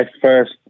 first